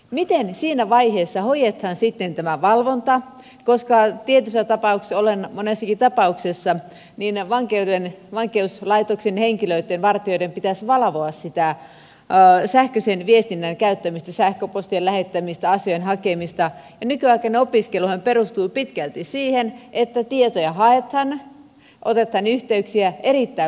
miten siinä vaiheessa hoidetaan sitten tämä valvonta koska tietyissä tapauksissa monessakin tapauksessa vankeuslaitoksen vartijoiden pitäisi valvoa sitä sähköisen viestinnän käyttämistä sähköpostien lähettämistä asioiden hakemista ja nykyaikainen opiskeluhan perustuu pitkälti siihen että tietoja haetaan otetaan yhteyksiä erittäin paljon